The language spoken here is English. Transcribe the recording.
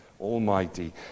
Almighty